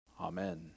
Amen